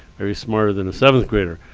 are you smarter than a seventh grader.